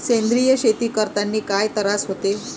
सेंद्रिय शेती करतांनी काय तरास होते?